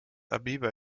abeba